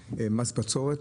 בנושא מס בצורת.